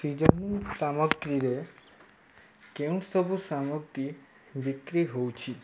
seasoning ସାମଗ୍ରୀ ରେ କେଉଁସବୁ ସାମଗ୍ରୀ ବିକ୍ରି ହେଉଛି